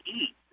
eat